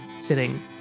sitting